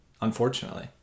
unfortunately